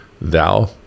thou